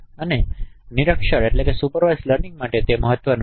તેથી આ નિરીક્ષિત લર્નિંગ માટે તે મહત્વનું છે